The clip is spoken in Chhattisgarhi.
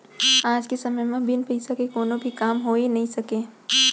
आज के समे म बिन पइसा के कोनो भी काम होइ नइ सकय